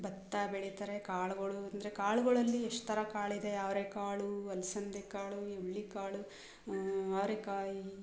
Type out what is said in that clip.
ಭತ್ತ ಬೆಳೀತಾರೆ ಕಾಳುಗಳು ಅಂದರೆ ಕಾಳುಗುಳಲ್ಲಿ ಎಷ್ಟು ಥರ ಕಾಳಿದೆ ಅವರೆಕಾಳು ಅಲಸಂದೆಕಾಳು ಹುರ್ಳಿಕಾಳು ಅವರೇಕಾಯಿ